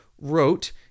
wrote